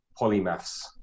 polymaths